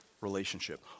relationship